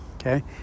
okay